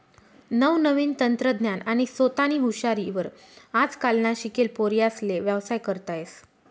नवनवीन तंत्रज्ञान आणि सोतानी हुशारी वर आजकालना शिकेल पोर्यास्ले व्यवसाय करता येस